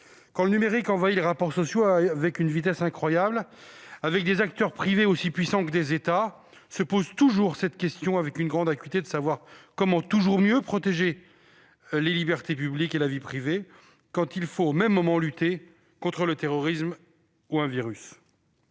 Quand le numérique envahit les rapports sociaux à une vitesse incroyable, avec des acteurs privés aussi puissants que des États, se pose toujours avec une grande acuité la question de savoir comment toujours mieux protéger les libertés publiques et la vie privée, quand il faut au même moment lutter contre le terrorisme ou un virus.